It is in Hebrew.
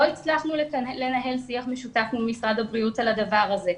לא הצלחנו לנהל שיח משותף עם משרד הבריאות על הדבר הזה.